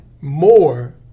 more